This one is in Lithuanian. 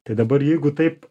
tai dabar jeigu taip